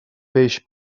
peix